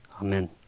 Amen